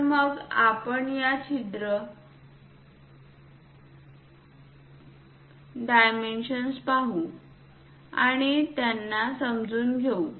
तर मग आपण या छिद्र प डायमेन्शन्स पाहू आणि त्यांना समजून घेऊ